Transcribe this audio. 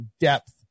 depth